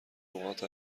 نقاط